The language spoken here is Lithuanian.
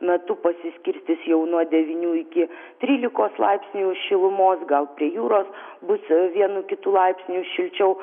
metu pasiskirstys jau nuo devynių iki trylikos laipsnių šilumos gal prie jūros bus vienu kitu laipsniu šilčiau